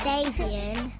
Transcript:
Davian